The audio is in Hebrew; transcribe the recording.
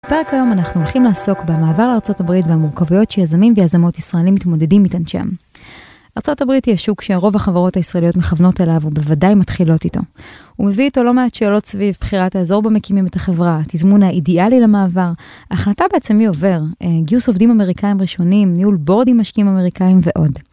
בפרק היום אנחנו הולכים לעסוק במעבר לארצות הברית והמורכביות שיזמים ויזמות ישראלים מתמודדים איתן שם. ארצות הברית היא השוק שרוב החברות הישראליות מכוונות אליו ובוודאי מתחילות איתו. הוא מביא איתו לא מעט שאלות סביב בחירת האזור בו מקימים את החברה, תזמון האידיאלי למעבר, ההחלטה בעצם מי עובר, גיוס עובדים אמריקאים ראשונים, ניהול בורד עם משקיעים אמריקאים ועוד.